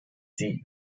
sie